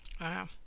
Wow